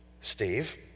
Steve